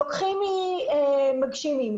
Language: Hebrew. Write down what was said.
לוקחים ממגשימים.